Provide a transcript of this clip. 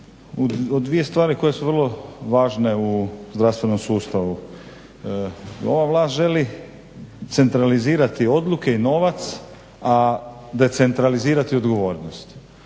o dvije stvari koje su vrlo važne u zdravstvenom sustavu. Ova vlast želi centralizirati odluke i novac, a decentralizirati odgovornost.